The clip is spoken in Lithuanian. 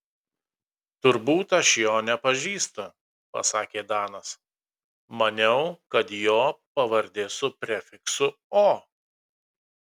turbūt aš jo nepažįstu pasakė danas maniau kad jo pavardė su prefiksu o